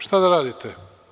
Šta da radite?